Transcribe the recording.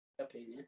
opinion